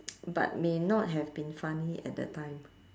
but may not have been funny at that time